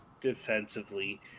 defensively